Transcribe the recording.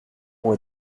ont